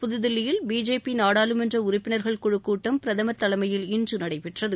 புதுதில்லியில் பிஜேபி நாடாளுமன்ற உறுப்பினர்கள் குழு கூட்டம் பிரதமர் தலைமையில் இன்று நடைபெற்றது